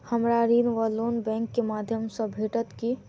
हमरा ऋण वा लोन बैंक केँ माध्यम सँ भेटत की?